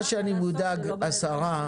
השרה,